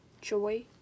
joy